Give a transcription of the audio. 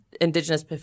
indigenous